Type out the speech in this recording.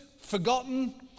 forgotten